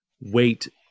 wait